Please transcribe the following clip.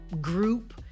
group